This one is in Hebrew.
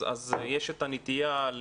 אז יש את הנטייה,